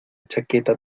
chaqueta